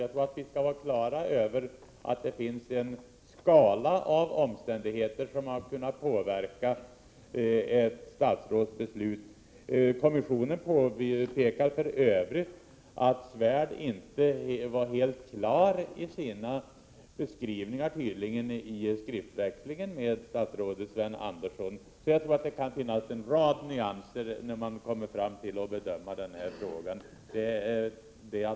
Jag tror att vi skall vara klara över att det finns en skala av omständigheter som har kunnat påverka ett statsråds beslut. Kommissionen påpekar för Övrigt att Svärd tydligen inte var helt klar i sina beskrivningar i skriftväxlingen med statsrådet Sven Andersson. Jag tror alltså att det kan finnas en rad nyanser när man skall bedöma den här frågan.